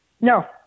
No